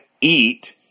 eat